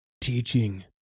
teaching